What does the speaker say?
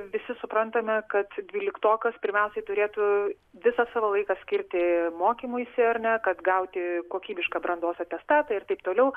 visi suprantame kad dvyliktokas pirmiausiai turėtų visą savo laiką skirti mokymuisi ar ne kad gauti kokybišką brandos atestatą ir taip toliau